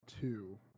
two